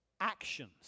actions